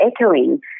echoing